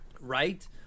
right